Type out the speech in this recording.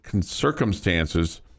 circumstances